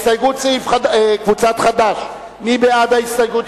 הסתייגות קבוצת חד"ש: מי בעד ההסתייגות,